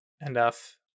enough